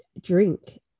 drink